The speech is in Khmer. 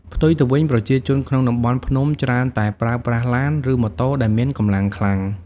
ផ្ទុយទៅវិញ ប្រជាជនក្នុងតំបន់ភ្នំច្រើនតែប្រើប្រាស់ឡាន ឬម៉ូតូដែលមានកម្លាំងខ្លាំង។